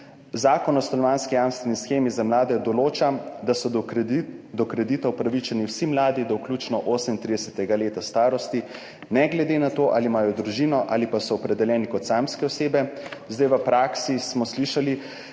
Zakon o stanovanjski jamstveni shemi za mlade določa, da so do kredita upravičeni vsi mladi do vključno 38. leta starosti, ne glede na to, ali imajo družino ali so opredeljeni kot samske osebe. Slišali smo,